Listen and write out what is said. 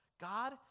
God